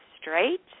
straight